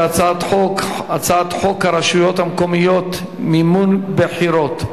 בהצעת חוק הרשויות המקומיות (מימון בחירות)